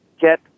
get